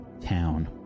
town